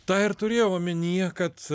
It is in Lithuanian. tą ir turėjau omenyje kad